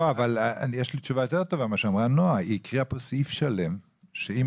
יש לי תשובה יותר טובה נעה הקריאה פה סעיף שלם שאם